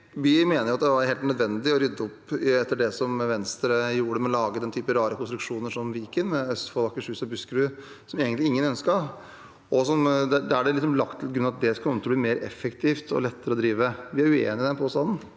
Vi mener at det var helt nødvendig å rydde opp etter det som Venstre gjorde med å lage den typen rare konstruksjoner som Viken, med Østfold, Akershus og Buskerud, som egentlig ingen ønsket, og der det liksom er lagt til grunn at det kommer til å bli mer effektivt og lettere å drive. Vi er uenig i påstanden